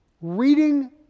reading